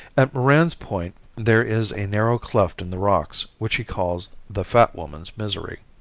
at moran's point there is a narrow cleft in the rocks which he calls the fat woman's misery.